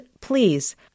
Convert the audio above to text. please